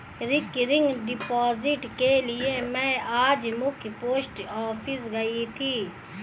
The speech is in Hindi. रिकरिंग डिपॉजिट के लिए में आज मख्य पोस्ट ऑफिस गयी थी